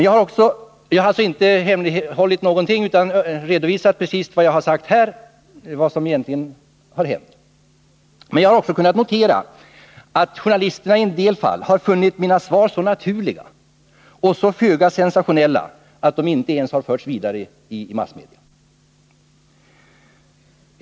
Jag har inte hemlighållit någonting utan redovisat precis vad jag har sagt här om vad som egentligen har hänt. Men jag har också kunnat notera att journalisterna i en del fall har funnit mina svar så naturliga och så föga sensationella att de inte ens har fört dem vidare i massmedia.